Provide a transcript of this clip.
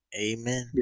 Amen